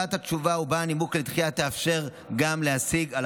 קבלת התשובה ובה הנימוק לדחייה תאפשר גם להשיג על